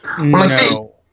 No